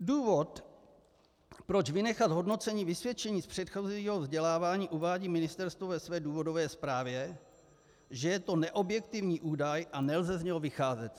Důvod, proč vynechat hodnocení vysvědčení z předchozího vzdělávání, uvádí ministerstvo ve své důvodové zprávě, že je to neobjektivní údaj a nelze z něho vycházet.